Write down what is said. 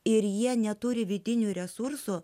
ir jie neturi vidinių resursų